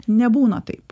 nebūna taip